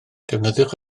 defnyddiwch